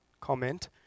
comment